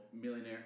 Millionaire